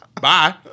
Bye